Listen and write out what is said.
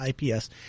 IPS